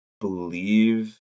believe